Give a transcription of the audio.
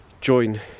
Join